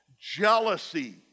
Jealousy